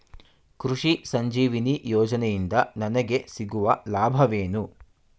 ಕೃಷಿ ಸಂಜೀವಿನಿ ಯೋಜನೆಯಿಂದ ನನಗೆ ಸಿಗುವ ಲಾಭವೇನು?